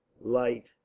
light